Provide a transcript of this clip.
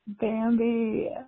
Bambi